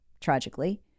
tragically